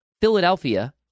Philadelphia